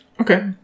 Okay